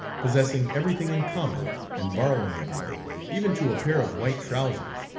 possessing every thing in common and borrowing every thing, even to a pair of white trousers,